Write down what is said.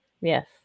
Yes